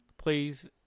please